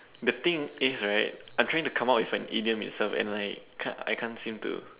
the thing is right I'm trying to come up with an idiom itself and like can't I can't seem to